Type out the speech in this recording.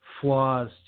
flaws